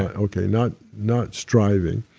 ah okay. not not striving,